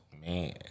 Man